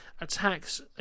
attacks